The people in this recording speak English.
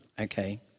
okay